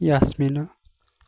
Yasmeena